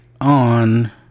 on